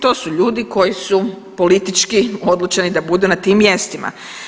To su ljudi koji su politički odlučeni da budu na tim mjestima.